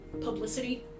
publicity